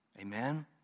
Amen